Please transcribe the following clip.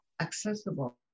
accessible